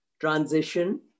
transition